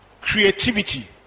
creativity